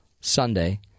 Sunday